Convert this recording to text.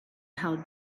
how